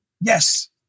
Yes